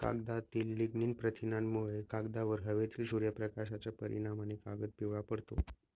कागदातील लिग्निन प्रथिनांमुळे, कागदावर हवेतील सूर्यप्रकाशाच्या परिणामाने कागद पिवळा पडतो